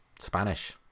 Spanish